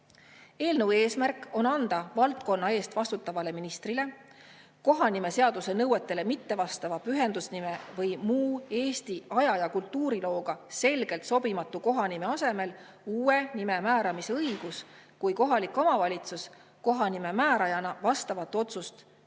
Eelnõu eesmärk on anda valdkonna eest vastutavale ministrile kohanimeseaduse nõuetele mitte vastava pühendusnime või muu Eesti aja- ja kultuurilooga selgelt sobimatu kohanime asemel uue nime määramise õigus, kui kohalik omavalitsus kohanimemäärajana vastavat otsust teinud